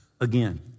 Again